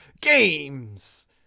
games